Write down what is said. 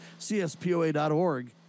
CSPOA.org